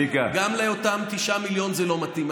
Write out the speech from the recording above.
ל-9 מיליון אנשים זה לא מתאים.